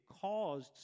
caused